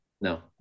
No